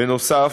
בנוסף,